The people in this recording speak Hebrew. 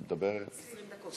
20 דקות.